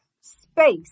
space